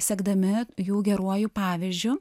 sekdami jų geruoju pavyzdžiu